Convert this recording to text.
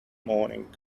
morning